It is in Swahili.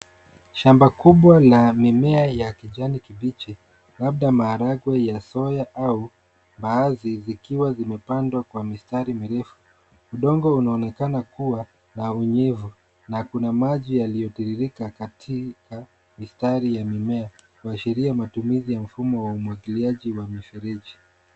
Shamba kubwa la mimea ya kijani kibichi labda maharagwe ya soya au baazi zikiwa zimepandwa kwa mstari mrefu. Udongo unaonekana kuwa na unyevu na kuna maji yaliyotiririka katika mistari ya mimea kuashiria matumizi ya mfumo wa umwagiliaji wa mifereji.